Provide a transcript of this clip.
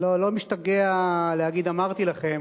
אני לא משתגע לומר "אמרתי לכם",